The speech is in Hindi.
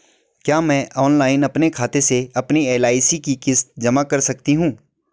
क्या मैं ऑनलाइन अपने खाते से अपनी एल.आई.सी की किश्त जमा कर सकती हूँ?